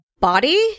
body